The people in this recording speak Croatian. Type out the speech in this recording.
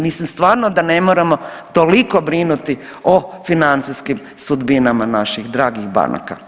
Mislim stvarno da ne moramo toliko brinuti o financijskim sudbinama naših dragih banaka.